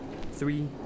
Three